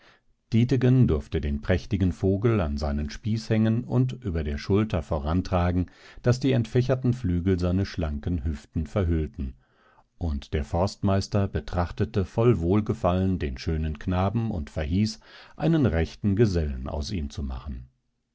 dietegen durfte den prächtigen vogel an seinen spieß hängen und über der schulter vorantragen daß die entfächerten flügel seine schlanken hüften verhüllten und der forstmeister betrachtete voll wohlgefallen den schönen knaben und verhieß einen rechten gesellen aus ihm zu machen